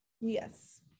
yes